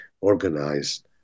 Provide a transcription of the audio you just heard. organized